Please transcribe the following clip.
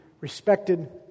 respected